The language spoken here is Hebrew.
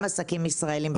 גם עסקים ישראלים.